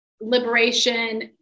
liberation